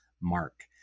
mark